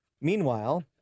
Meanwhile